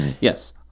Yes